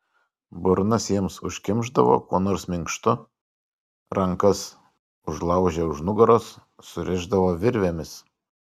burnas jiems užkimšdavo kuo nors minkštu rankas užlaužę už nugaros surišdavo virvėmis